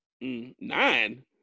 Nine